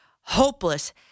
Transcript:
hopeless